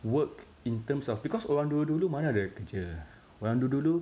work in terms of because orang dulu dulu mana ada kerja orang dulu dulu